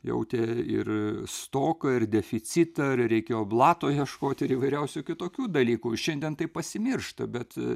jautė ir stoką ir deficitą ir reikėjo blato ieškoti ir įvairiausių kitokių dalykų šiandien tai pasimiršta bet